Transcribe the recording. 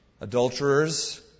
Adulterers